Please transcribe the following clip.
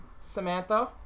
Samantha